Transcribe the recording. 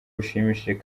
bushimishije